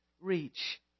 reach